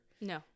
No